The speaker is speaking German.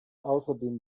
außerdem